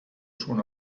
schon